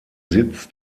sitz